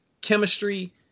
chemistry